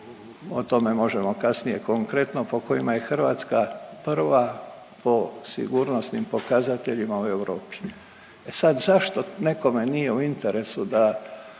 o tome možemo konkretno po kojima je Hrvatska prva po sigurnosnim pokazateljima u Europi. E sad zašto nekome nije u interesu da